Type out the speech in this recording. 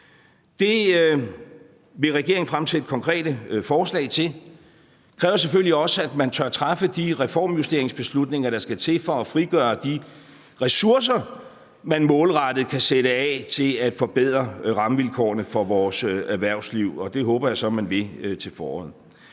Det vil regeringen fremsætte konkrete forslag til. Det kræver selvfølgelig også, at man tør træffe de reformjusteringsbeslutninger, der skal til for at frigøre de ressourcer, man målrettet kan sætte af til at forbedre rammevilkårene for vores erhvervsliv. Og det håber jeg så at man vil til foråret.